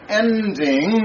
ending